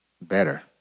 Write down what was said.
better